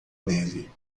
nele